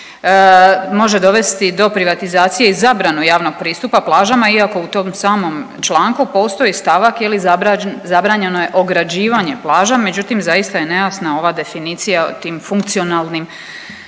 može dovesti do privatizacije i zabranu javnog pristupa plažama iako u tom samom članku postoji stavak je li zabranjeno je ograđivanje plaža, međutim zaista je nejasna ova definicija o tim funkcionalnim